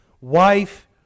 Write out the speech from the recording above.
wife